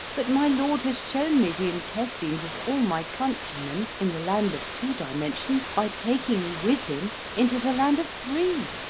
but my lord has shown me the intestines of all my countrymen in the land of two dimensions by taking me with him into the land of three.